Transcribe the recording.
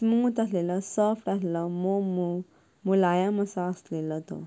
Smith आसलेलो soft आसलेलो मोव मोव मुलायम असो आसलेलो तो